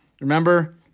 Remember